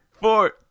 four